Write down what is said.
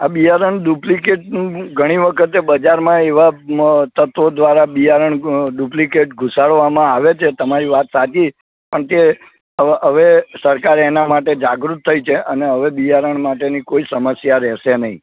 આ બિયારણ ડુપ્લિકેટનું ઘણી વખતે બજારમાં ય એવાં તત્વો દ્વારા બિયારણ ડુપ્લિકેટ ઘુસાડવામાં આવે છે તમારી વાત સાચી કેમકે હવે સરકાર એના માટે જાગૃત થઈ છે અને હવે બિયારણ માટેની કોઈ સમસ્યા રહેશે નહીં